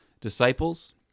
disciples